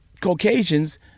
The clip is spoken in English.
Caucasians